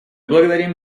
благодарим